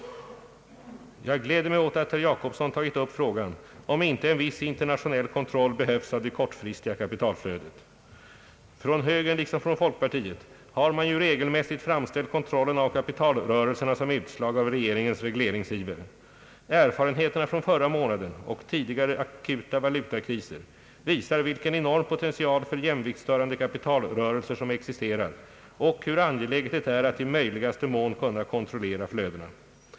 Jag gläder mig åt att herr Jacobsson tagit upp frågan om inte en viss internationell kontroll behövs av det kortsiktiga kapitalflödet. Från högern liksom från folkpartiet har man ju regelmässigt framställt kontrollen av kapitalrörelserna som utslag av regeringens regleringsiver. Erfarenheterna från förra månaden och tidigare akuta valutakriser visar vilken enorm potential för jämviktsstörande kapitalrörelser som existerar och hur angeläget det är att i möjligaste mån kunna kontrollera flödena.